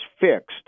fixed